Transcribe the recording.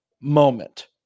moment